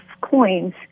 coins